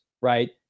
right